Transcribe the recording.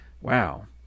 Wow